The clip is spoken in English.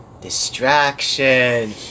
distraction